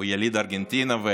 הוא יליד ארגנטינה,